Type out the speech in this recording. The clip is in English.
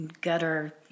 gutter